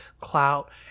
clout